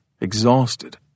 exhausted